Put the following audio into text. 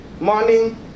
morning